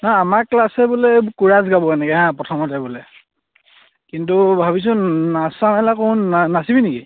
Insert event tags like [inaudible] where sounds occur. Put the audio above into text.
না আমাৰ ক্লাছে বোলে কোৰাছ গাব এনেকে হাঁ প্ৰথমতে বোলে কিন্তু ভাবিছোন [unintelligible] নাচিবি নেকি